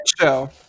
show